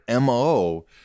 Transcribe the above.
mo